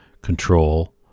control